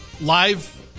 Live